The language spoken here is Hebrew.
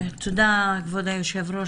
תודה כבוד היושב-ראש,